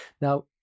Now